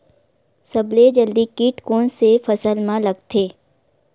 सबले जल्दी कीट कोन से फसल मा लगथे?